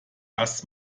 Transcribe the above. dass